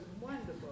wonderful